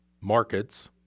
Markets